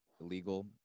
illegal